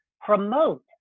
promote